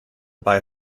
buy